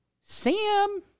Sam